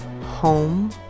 home